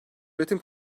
üretim